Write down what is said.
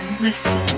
listen